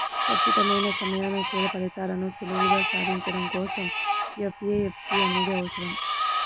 ఖచ్చితమైన సమయానుకూల ఫలితాలను సులువుగా సాధించడం కోసం ఎఫ్ఏఎస్బి అనేది అవసరం